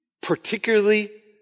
particularly